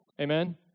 Amen